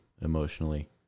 emotionally